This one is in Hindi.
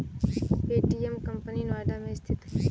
पे.टी.एम कंपनी नोएडा में स्थित है